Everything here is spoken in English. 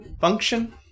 function